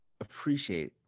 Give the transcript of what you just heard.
appreciate